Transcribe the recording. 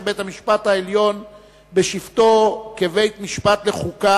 בית-המשפט העליון בשבתו כבית-משפט לחוקה,